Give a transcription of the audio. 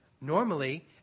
Normally